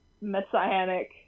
messianic